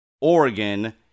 Oregon